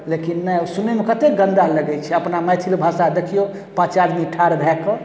लेकिन नहि ओ सुनैमे कतेक गन्दा लगै छै अपना मैथिली भाषा देखिऔ पाँच आदमी ठाढ़ भऽ कऽ